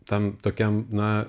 tam tokiam na